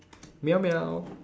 meow meow